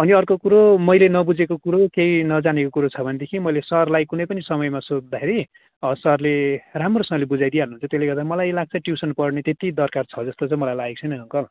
अनि अर्को कुरो मैले नबुझेको कुरो केही नजानेको कुरो छ भनेदेखि मैले सरलाई कुनै पनि समयमा सोद्धाखेरि अब सरले राम्रोसँगले बुझाइदिई हाल्नुहुन्छ त्यसले गर्दा मलाई यो लाग्छ ट्युसन पढ्ने त्यति दरकार छ जस्तो चाहिँ मलाई लागेको छैन अङ्कल